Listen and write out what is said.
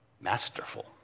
masterful